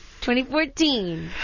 2014